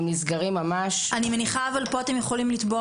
והם נסגרים ממש --- אבל אני מניחה שפה אתם יכולים לתבוע